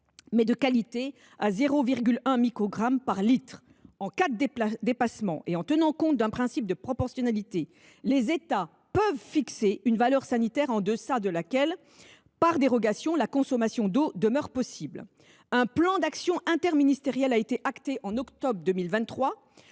mais de qualité, à 0,1 microgramme par litre. En cas de dépassement et en tenant compte d’un principe de proportionnalité, les États peuvent fixer une valeur sanitaire en deçà de laquelle, par dérogation, la consommation d’eau demeure possible. Un plan d’actions interministériel a été acté en octobre 2023.